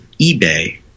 eBay